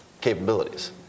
capabilities